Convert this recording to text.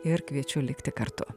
ir kviečiu likti kartu